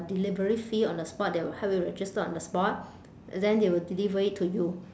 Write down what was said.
delivery fee on the spot they will help you register on the spot then they will deliver it to you